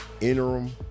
interim